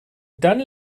dann